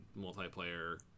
multiplayer